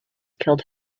killed